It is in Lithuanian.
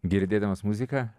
girdėdamas muziką